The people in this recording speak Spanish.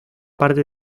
parte